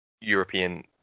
European